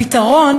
הפתרון